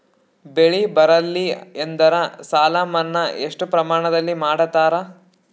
ಬೆಳಿ ಬರಲ್ಲಿ ಎಂದರ ಸಾಲ ಮನ್ನಾ ಎಷ್ಟು ಪ್ರಮಾಣದಲ್ಲಿ ಮಾಡತಾರ?